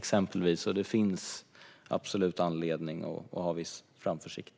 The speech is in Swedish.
Det finns absolut anledning att se framtiden an med viss tillförsikt.